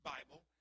Bible